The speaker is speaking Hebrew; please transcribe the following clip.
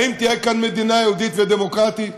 האם תהיה כאן מדינה יהודית ודמוקרטית,